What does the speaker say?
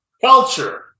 Culture